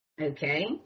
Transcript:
Okay